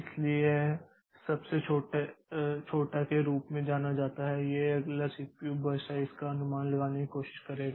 इसलिए यह सबसे छोटा के रूप में जाना जाता है यह अगले सीपीयू बर्स्ट साइज़ का अनुमान लगाने की कोशिश करेगा